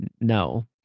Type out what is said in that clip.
No